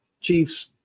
Chiefs